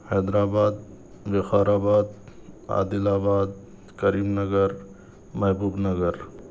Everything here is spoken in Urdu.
حیدر آباد Vikarabad Adilabad Karimnagar محبوب نگر